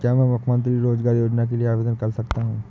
क्या मैं मुख्यमंत्री रोज़गार योजना के लिए आवेदन कर सकता हूँ?